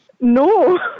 No